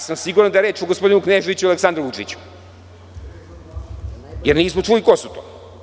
Siguran sam da je reč o gospodinu Kneževiću i Aleksandru Vučiću, jer nismo čuli ko su to.